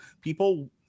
people